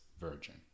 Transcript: virgin